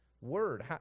Word